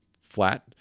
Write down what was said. flat